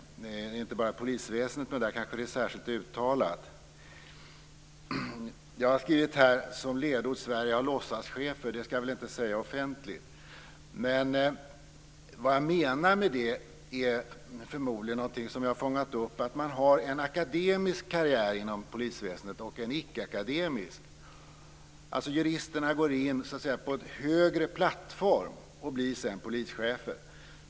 Det gäller inte bara polisväsendet, även om det kanske är särskilt uttalat där. Jag har som ledord skrivit: Sverige har låtsaschefer. Det skall jag väl inte säga offentligt, men vad jag menar är förmodligen någonting som jag har fångat upp: Man har en akademisk karriär inom polisväsendet och en ickeakademisk. Juristerna går in på en högre plattform och blir sedan polischefer.